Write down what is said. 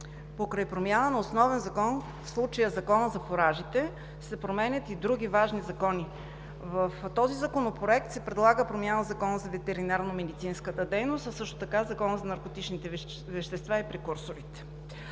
покрай промяна на основен закон, в случая Закона за фуражите, се променят и други важни закони. В този Законопроект се предлага промяна в Закона за ветеринарномедицинската дейност, а също така в Закона за наркотичните вещества и прекурсорите.